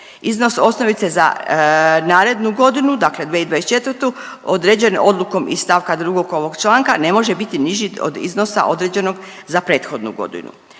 Iznos osnovice za narednu godinu, dakle 2024. određen je odlukom iz st. 2. ovog članka, ne može biti niži od iznosa određenog za prethodnu godinu.